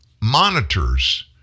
monitors